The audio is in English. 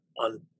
on